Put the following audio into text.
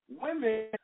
women